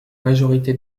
majorité